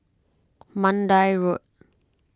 Mandai Road